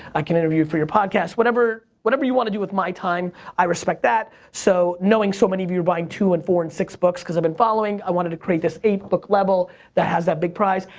i can interview for your podcast, whatever, whatever you wanna do with my time, i respect that, so knowing so many of you are buying two and four and six books cause i've been following i wanted to create this eight book level that has that big prize,